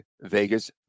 Vegas